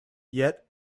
yet